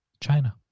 China